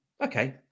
Okay